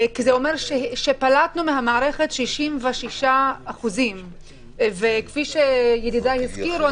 כי זה אומר שפלטנו מהמערכת 66%. וכפי שידידיי הזכירו,